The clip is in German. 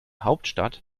hauptstadt